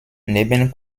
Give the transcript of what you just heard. neben